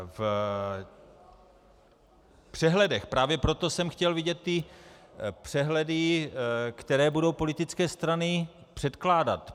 V přehledech právě proto jsem chtěl vidět přehledy, které budou politické strany předkládat.